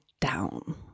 down